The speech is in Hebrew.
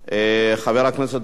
חבר הכנסת דב חנין,